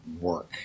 work